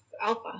Alpha